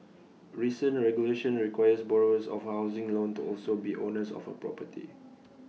recent regulation requires borrowers of housing loan to also be owners of A property